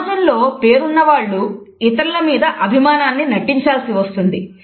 సమాజంలో పేరు ఉన్నవాళ్లు ఇతరుల మీద అభిమానాన్ని నటించాల్సి వస్తుంది